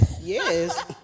Yes